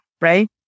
right